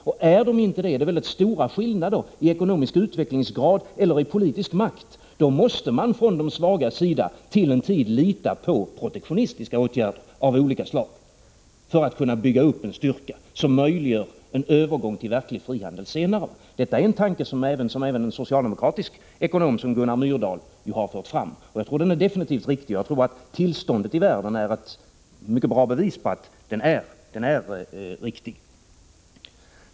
Om de inte är det utan det finns stora skillnader i ekonomisk utvecklingsgrad eller politisk makt, måste de svagare en tid lita till protektionistiska åtgärder av olika slag för att kunna bygga upp en styrka som möjliggör en övergång till verklig frihandel senare. Detta är en tanke som även en socialdemokratisk ekonom som Gunnar Myrdal har fört fram. Jag tror absolut att den är riktig, och tillståndet i världen utgör ett mycket gott bevis för att den är riktig.